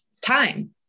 time